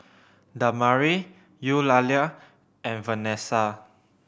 Damari Eulalia and Venessa